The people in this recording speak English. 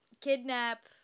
kidnap